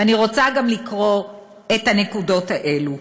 ואני רוצה גם לקרוא את הנקודות האלה: